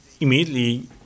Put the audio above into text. immediately